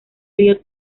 río